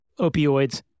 Opioids